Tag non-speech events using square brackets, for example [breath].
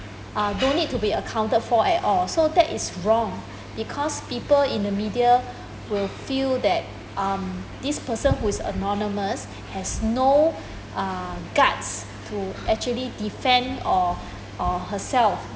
uh no need to be accounted for all so that is wrong [breath] because people in the media [breath] will feel that um this person who is anonymous [breath] has no [breath] uh guts to actually defend or [breath] or herself